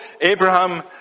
Abraham